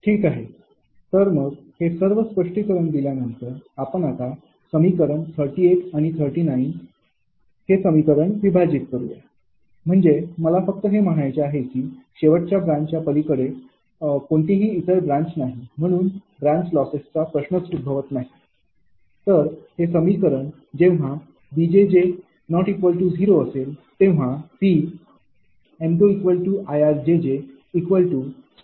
ठीक आहे तर मग हे सर्व स्पष्टीकरण दिल्यानंतर आपण आता समीकरण 38 आणि 39 हे समीकरण विभाजित करूया म्हणजे मला फक्त हे म्हणायचे आहे की शेवटच्या ब्रांच पलीकडे कोणतीही इतर ब्रांच नाही म्हणून ब्रांच लॉसेसचा प्रश्नच उद्भवत नाही